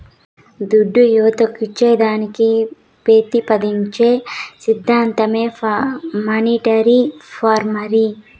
దుడ్డు యువతకు ఇచ్చేదానికి పెతిపాదించే సిద్ధాంతమే మానీటరీ రిఫార్మ్